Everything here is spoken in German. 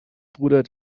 bruder